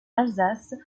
alsace